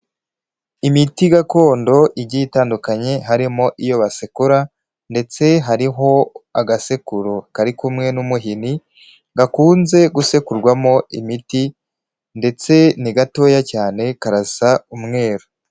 Imiti gakondo igiye itandukanye harimo iyo basekura ndetse hariho agasekuru kari kumwe n'umuhini gakunze gusekurwamo imiti ndetse ni gatoya cyane karasa umweru.